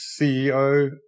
CEO